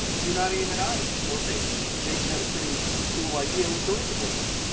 do not aim at eyes or face. jason had a pretty cool idea with the razor blades.